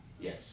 Yes